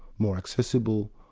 more accessible,